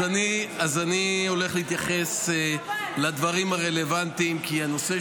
אז אני הולך להתייחס לדברים הרלוונטיים כי הנושא